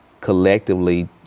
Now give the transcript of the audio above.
collectively